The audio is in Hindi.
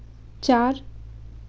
चार